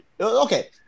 okay